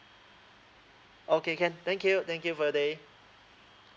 okay can thank you thank you for your day